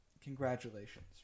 Congratulations